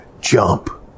jump